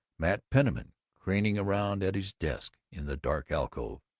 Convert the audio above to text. mat penniman craning around at his desk in the dark alcove,